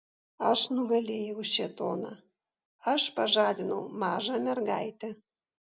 aš nugalėjau šėtoną aš pažadinau mažą mergaitę